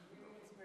אינו נוכח,